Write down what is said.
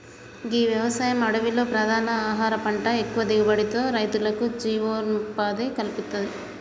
గీ వ్యవసాయం అడవిలో ప్రధాన ఆహార పంట ఎక్కువ దిగుబడితో రైతులకు జీవనోపాధిని కల్పిత్తది